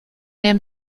dem